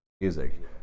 music